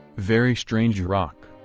very strange rock.